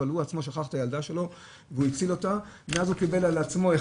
אבל הוא עצמו שכח את הילדה שלו והוא הציל אותה ומאז הוא קיבל על עצמו.